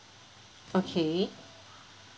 okay